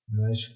mas